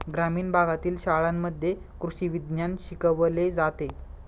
ग्रामीण भागातील शाळांमध्ये कृषी विज्ञान शिकवले जाते